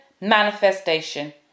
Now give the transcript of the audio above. manifestation